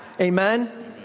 Amen